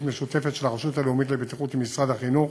משותפת של הרשות הלאומית לבטיחות בדרכים ומשרד החינוך.